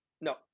No